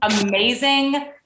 amazing